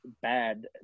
Bad